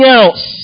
else